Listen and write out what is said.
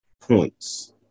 points